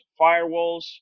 firewalls